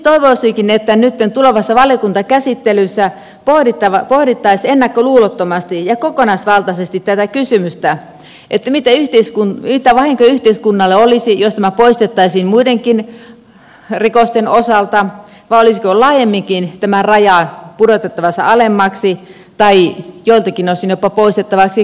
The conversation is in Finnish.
siksi toivoisinkin että nytten tulevassa valiokuntakäsittelyssä pohdittaisiin ennakkoluulottomasti ja kokonaisvaltaisesti tätä kysymystä mitä vahinkoa yhteiskunnalle olisi jos tämä poistettaisiin muidenkin rikosten osalta vai olisiko laajemminkin tämä raja pudotettavissa alemmaksi tai joiltakin osin jopa poistettavissa kokonaan